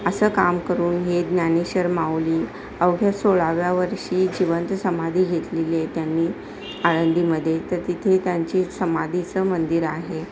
असं काम करून हे ज्ञानेश्वर माऊली अवघ्या सोळाव्या वर्षी जिवंत समाधी घेतलेली आहे त्यांनी आळंदीमध्ये तर तिथे त्यांची समाधीचं मंदिर आहे